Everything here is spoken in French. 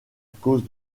cause